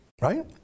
Right